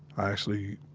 i actually